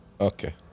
Okay